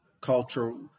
cultural